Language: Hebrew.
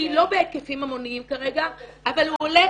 לא בהיקפים המוניים כרגע אבל הוא הולך